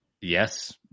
Yes